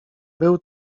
był